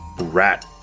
rat